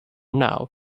now